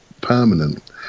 permanent